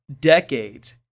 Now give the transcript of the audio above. decades